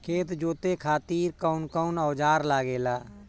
खेत जोते खातीर कउन कउन औजार लागेला?